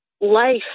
life